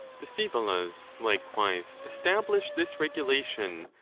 the scsevolas likewise establish this regulation,